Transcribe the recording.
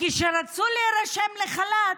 כשהן רצו להירשם לחל"ת,